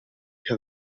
che